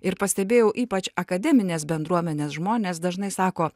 ir pastebėjau ypač akademinės bendruomenės žmonės dažnai sako